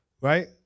Right